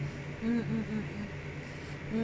mm mm mm mm mm